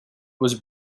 was